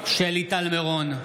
טל מירון,